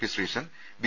P Sreesan B